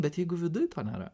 bet jeigu viduj to nėra